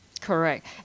Correct